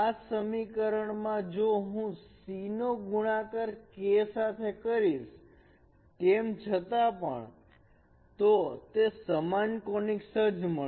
આ સમીકરણ માં જો હું C નો ગુણાકાર K સાથે કરીશ તેમ છતાં પણ તે સમાન કોનીક્સ જ મળશે